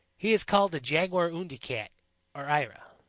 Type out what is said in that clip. he is called the jaguarundi cat or eyra.